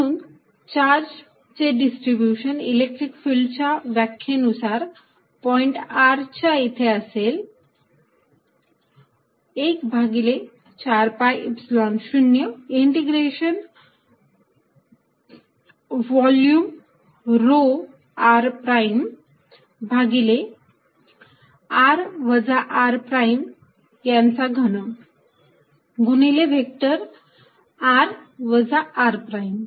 म्हणून चार्ज चे distribution electric field च्या व्याख्येनुसार पॉईंट r च्या इथे असेल एक भागिले 4 pi Epsilon 0 integration volume rho r prime भागिले r वजा r प्राईम यांचा घन गुणिले व्हेक्टर r वजा r प्राईम